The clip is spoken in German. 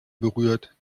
berührt